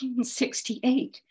1968